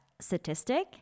statistic